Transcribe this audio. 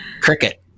Cricket